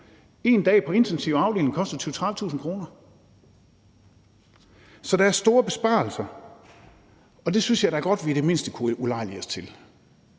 En dag på intensiv afdeling koster 20-30.000 kr. Så der er store besparelser at hente, og det synes jeg da godt vi i det mindste kunne ulejlige os med